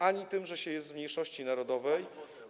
Ani tym, że się jest z mniejszości narodowej.